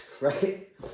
Right